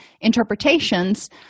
interpretations